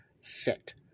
set